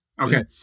okay